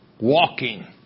walking